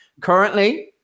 currently